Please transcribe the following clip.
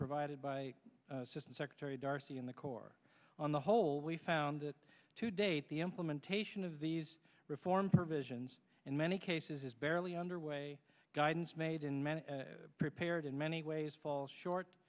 provided by the system secretary darcy in the core on the whole we found that to date the implementation of these reform provisions in many cases is barely underway guidance made in many prepared in many ways fall short